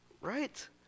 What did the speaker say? right